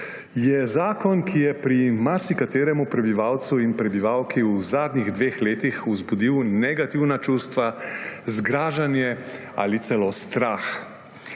je zakon, ki je pri marsikaterem prebivalcu in prebivalki v zadnjih dveh letih vzbudil negativna čustva, zgražanje ali celo strah.